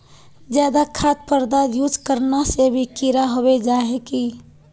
ज्यादा खाद पदार्थ यूज करना से भी कीड़ा होबे जाए है की?